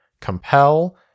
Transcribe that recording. compel